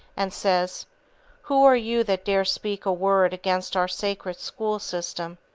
and says who are you that dares speak a word against our sacred, school system?